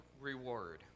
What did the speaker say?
reward